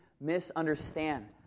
misunderstand